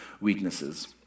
weaknesses